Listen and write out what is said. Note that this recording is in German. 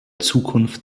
zukunft